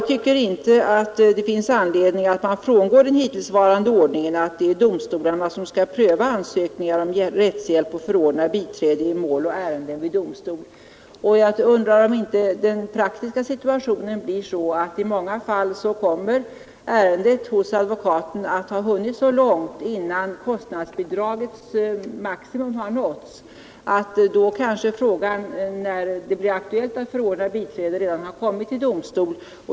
Det finns inte anledning att frångå den hittillsvarande ordningen att domstolarna skall pröva ansökningar om rättshjälp och förordna biträde i mål och ärenden vid domstol. Jag undrar om inte den praktiska situationen blir sådan att ärendet hos advokaten i många fall kommer att ha hunnit så långt innan kostnadsbidragets maximum har nåtts att frågan, när det blir aktuellt att förordna biträde, kanske redan har kommit till domstol.